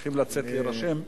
שצריכים לצאת להירשם.